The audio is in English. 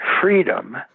freedom